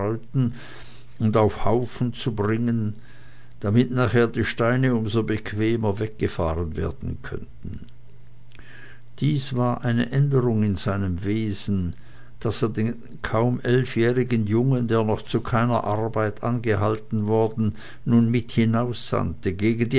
und auf haufen zu bringen damit nachher die steine um so bequemer weggefahren werden könnten dies war eine änderung in seinem wesen daß er den kaum eilfjährigen jungen der noch zu keiner arbeit angehalten worden nun mit hinaussandte gegen die